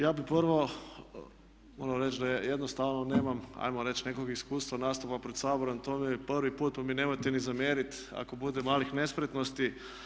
Ja bih prvo morao reći da ja jednostavno nemam ajmo reći nekog iskustva nastupa pred Saborom, to mi je prvi put, pa mi nemojte ni zamjeriti ako bude malih nespretnosti.